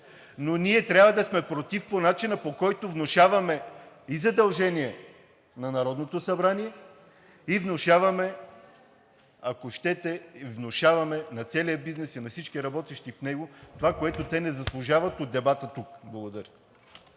Но ние трябва да сме против по начина, по който внушаваме и задължение на Народното събрание, и внушаваме, ако щете, и на целия бизнес, и на всички работещи в него това, което те не заслужават от дебата тук. Благодаря.